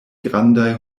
grandaj